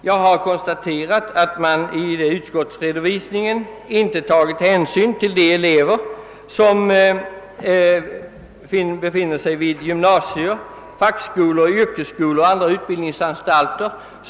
Jag konstaterar att utskottet i sin redovisning inte tagit hänsyn till de elever som studerar vid gymnasier, fackskolor, yrkesskolor och andra utbildningsanstalter.